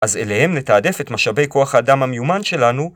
אז אליהם נתעדף את משאבי כוח האדם המיומן שלנו